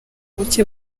bucye